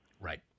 Right